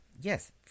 yes